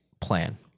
plan